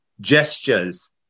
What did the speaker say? gestures